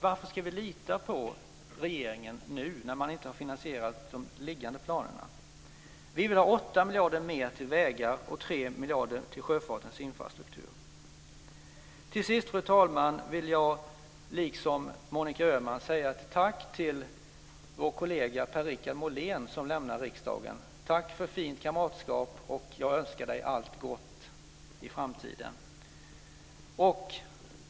Varför ska vi lita på regeringen nu, när man inte har finansierat hittillsvarande planer? Vi vill ha 8 miljarder mer till vägar och 3 miljarder till sjöfartens infrastruktur. Till sist, fru talman, vill jag liksom Monica Öhman föra fram ett tack till vår kollega Per-Richard Molén, som lämnar riksdagen. Tack för fint kamratskap! Jag önskar Per-Richard Molén allt gott i framtiden.